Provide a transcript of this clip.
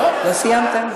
לא סיימת?